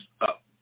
up